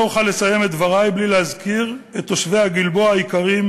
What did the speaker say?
לא אוכל לסיים את דברי בלי להזכיר את תושבי הגלבוע היקרים,